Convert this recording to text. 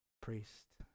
priest